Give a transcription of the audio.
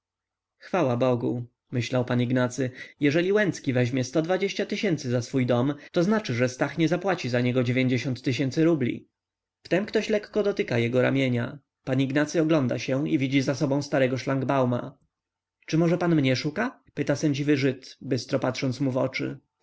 chwała bogu myślał pan ignacy jeżeli łęcki weźmie sto dwadzieścia tysięcy za swój dom to znaczy że stach nie zapłaci za niego tysięcy rubli wtem ktoś lekko dotyka jego ramienia pan ignacy ogląda się i widzi za sobą starego szlangbauma czy może pan mnie szuka pyta sędziwy żyd bystro patrząc mu w oczy